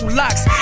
locks